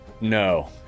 No